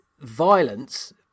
violence